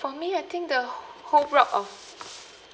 for me I think the whole block of